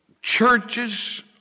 Churches